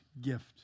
gift